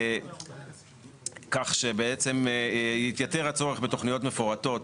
כך שבעצם יתייתר הצורך בתוכניות מפורטות